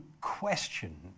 question